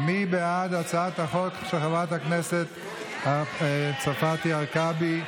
מי בעד הצעת החוק של חברת הכנסת צרפתי הרכבי?